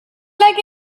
like